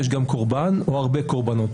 יש גם קורבן או הרבה קורבנות,